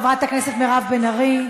חברת הכנסת מירב בן ארי.